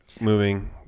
moving